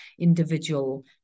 individual